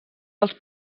dels